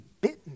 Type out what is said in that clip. bitten